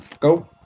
go